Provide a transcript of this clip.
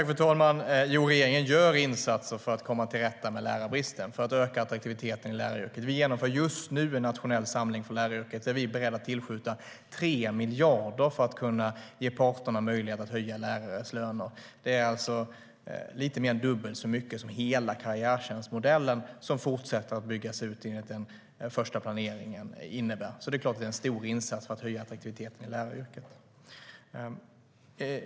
Fru talman! Regeringen gör insatser för att komma till rätta med lärarbristen och för att öka attraktiviteten i läraryrket. Vi genomför just nu en nationell samling för läraryrket där vi är beredda att tillskjuta 3 miljarder för att ge parterna möjlighet att höja lärares löner. Det är alltså lite mer än dubbelt så mycket som hela karriärtjänstmodellen som fortsätter att byggas ut enligt vad den första planeringen innebär, så det är klart att det är en stor insats för att höja attraktiviteten i läraryrket.